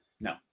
No